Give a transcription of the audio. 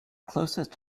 closest